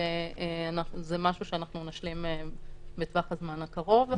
וזה משהו שאנחנו נשלים בטווח הזמן הקרוב.